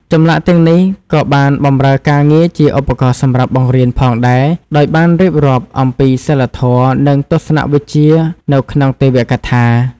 ចម្លាក់ទាំងនេះក៏បានបម្រើការងារជាឧបករណ៍សម្រាប់បង្រៀនផងដែរ ដោយបានរៀបរាប់អំពីសីលធម៌ និងទស្សនវិជ្ជានៅក្នុងទេវកថា។